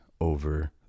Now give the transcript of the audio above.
over